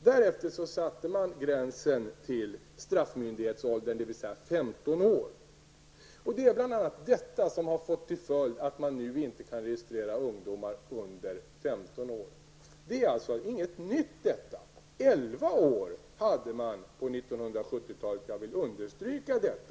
Därefter satte man gränsen till straffmyndighetsåldern, dvs. 15 år. Det är bl.a. detta som har fått till följd att polisen numera inte registrerar ungdomar under 15 år. Detta är alltså ingenting nytt. Elva år hade man som gräns på 70-talet -- jag vill understryka detta.